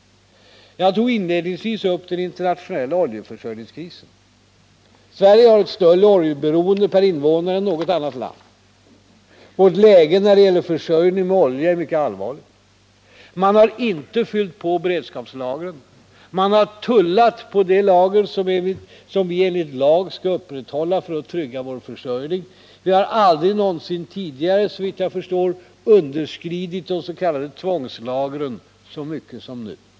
Jag tog inledningsvis upp den internationella oljeförsörjningskrisen. Sverige har ett större oljeberoende per invånare än något annat land. Vårt läge när det gäller försörjning med olja är mycket allvarligt. Man har inte fyllt på beredskapslagren. Man har tullat på det lager som vi enligt lag skall upprätthålla för att trygga vår försörjning. Vi har aldrig någonsin tidigare, såvitt jag förstår, underskridit de s.k. tvångslagren så mycket som nu.